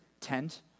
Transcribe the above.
tent